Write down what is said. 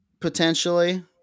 potentially